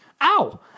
Ow